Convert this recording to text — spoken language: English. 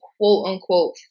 quote-unquote